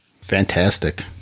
Fantastic